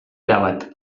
erabat